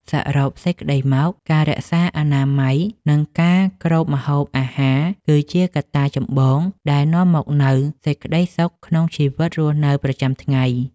សរុបសេចក្តីមក ការរក្សាអនាម័យ និងការគ្របម្ហូបអាហារ គឺជាកត្តាចម្បងដែលនាំមកនូវសេចក្តីសុខក្នុងជីវិតរស់នៅប្រចាំថ្ងៃ។